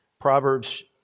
Proverbs